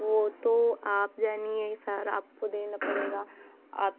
वह तो आप जानिए सर आपको देना पड़ेगा आप